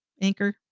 Anchor